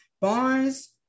Barnes